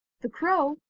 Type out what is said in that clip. the crow,